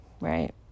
right